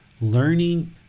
learning